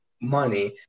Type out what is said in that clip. money